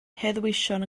heddweision